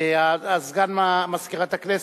סגן מזכירת הכנסת,